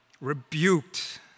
rebuked